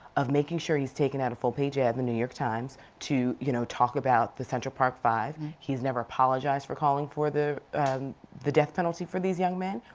of making sure he is taking out a full page ad in the new york times to, you know, talk about the central park five. he's never apologized for calling for the the death penelty for these young men.